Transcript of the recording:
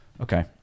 Okay